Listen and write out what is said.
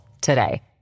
today